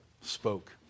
spoke